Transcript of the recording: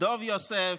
דב יוסף,